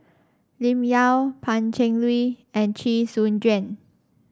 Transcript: Lim Yau Pan Cheng Lui and Chee Soon Juan